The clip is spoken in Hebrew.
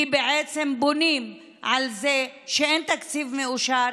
כי בעצם בונים על זה שאין תקציב מאושר,